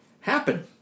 happen